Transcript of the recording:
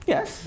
Yes